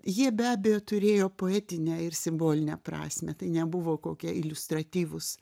jie be abejo turėjo poetinę ir simbolinę prasmę tai nebuvo kokie iliustratyvūs